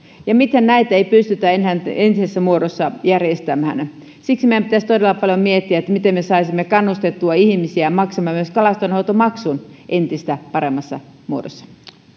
eikä näitä pystytä enää entisessä muodossa järjestämään siksi meidän pitäisi todella paljon miettiä miten me saisimme kannustettua ihmisiä maksamaan myös kalastonhoitomaksun entistä paremmassa muodossa